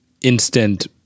instant